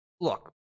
look